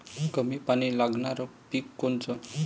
कमी पानी लागनारं पिक कोनचं?